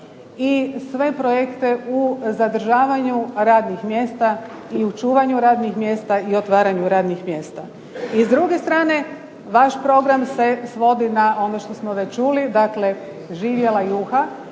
i sve projekte u zadržavanju radnih mjesta i u čuvanju radnih mjesta i otvaranju radnih mjesta. I s druge strane vaš program se svodi na ono što smo već čuli. Dakle, živjela juha